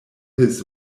his